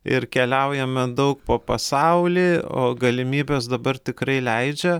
ir keliaujame daug po pasaulį o galimybės dabar tikrai leidžia